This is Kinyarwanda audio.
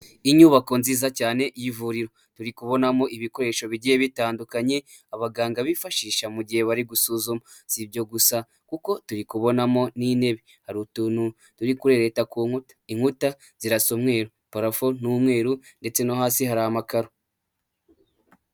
Inyubako nziza cyane y'ivuriro turi kubonamo ibikoresho bigiye bitandukanye abaganga bifashisha mu gihe bari gusuzuma, si ibyo gusa kuko tubibonamo n'intebe hari utuntu turi kurereta ku inkuta, inkuta zirasa umweru, parafo ni umweru ndetse no hasi hari amakaro.